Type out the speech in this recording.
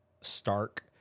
Stark